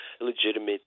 legitimate